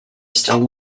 still